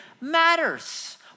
matters